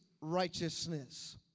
righteousness